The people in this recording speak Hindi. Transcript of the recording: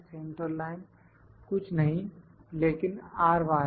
सेंट्रल लाइन कुछ नहीं लेकिन है